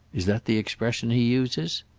is that the expression he uses?